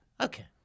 okay